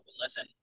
listen